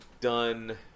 done